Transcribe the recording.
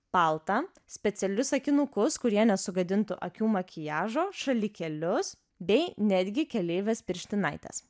paltą specialius akinukus kurie nesugadintų akių makiažo šalikėlius bei netgi keleivės pirštinaites